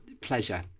pleasure